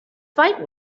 fight